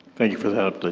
thank you for the update.